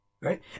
Right